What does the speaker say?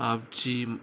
आपजी